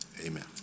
Amen